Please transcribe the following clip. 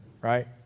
right